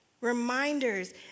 Reminders